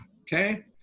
okay